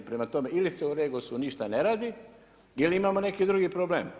Prema tome ili se u REGOS-u ništa ne radi ili imamo neki drugi problem.